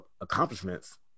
accomplishments